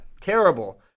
terrible